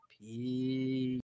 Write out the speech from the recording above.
Peace